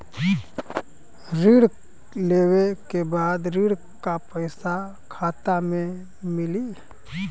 ऋण लेवे के बाद ऋण का पैसा खाता में मिली?